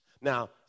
Now